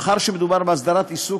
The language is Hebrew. מאחר שמדובר בהסדרת עיסוק,